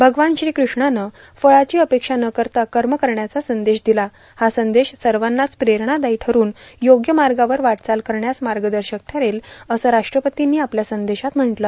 भगवान श्रीकृष्णानं फळाची अपेक्षा न करता कर्म करण्याचा संदेश दिला हा संदेश सर्वानाच प्रेरणादायी ठरून योग्य मार्गावर वाटचाल करण्यास मार्गदर्शक ठरेल असं राष्ट्रपती आपल्या संदेशात म्हणाले